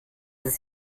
ist